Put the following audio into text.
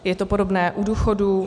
Je to podobné u důchodů.